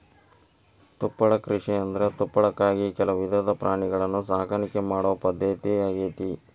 ತುಪ್ಪಳ ಕೃಷಿಯಂದ್ರ ತುಪ್ಪಳಕ್ಕಾಗಿ ಕೆಲವು ವಿಧದ ಪ್ರಾಣಿಗಳನ್ನ ಸಾಕಾಣಿಕೆ ಮಾಡೋ ಪದ್ಧತಿ ಆಗೇತಿ